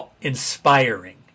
inspiring